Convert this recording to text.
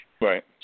Right